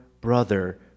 brother